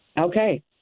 Okay